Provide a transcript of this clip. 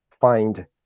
find